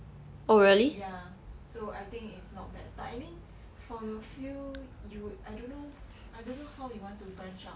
ya so I think it's not bad but I mean for your field you I don't know I don't know how you want to branch out